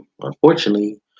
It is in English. unfortunately